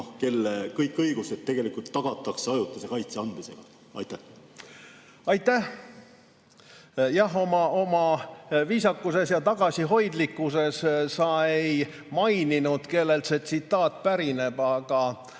kellele kõik õigused tegelikult tagatakse ajutise kaitse andmisega? Aitäh! Oma viisakuses ja tagasihoidlikkuses sa ei maininud, kellelt see tsitaat pärineb, aga